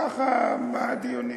ככה מהדיונים.